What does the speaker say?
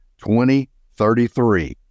2033